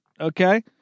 okay